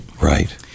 Right